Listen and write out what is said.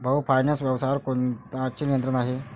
भाऊ फायनान्स व्यवसायावर कोणाचे नियंत्रण आहे?